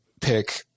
pick